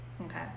Okay